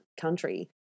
country